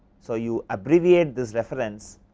so, you abbreviate this reference,